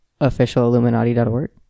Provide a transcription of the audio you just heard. Officialilluminati.org